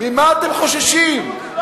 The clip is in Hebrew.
ממה אתם חוששים?